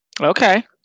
Okay